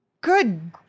Good